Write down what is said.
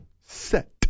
set